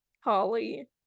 Holly